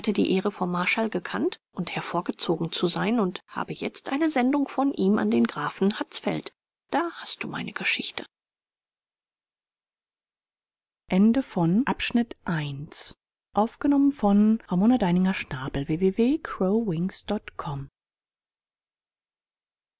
die ehre vom marschall gekannt und hervorgezogen zu sein und habe jetzt eine sendung von ihm an den grafen hatzfeld da hast du meine geschichte